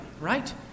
right